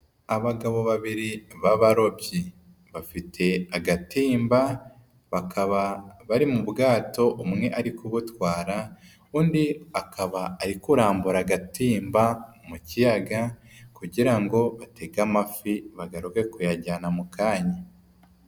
Abagabo babiri b'abarobyi, bafite agatimba, bakaba bari mu bwato umwe ari kubutwara, undi akaba ari kurambura agatimba mu kiyaga kugira ngo batege amafi ba bagaruke kuyajyana mu kanya.